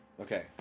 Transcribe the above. Okay